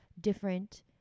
different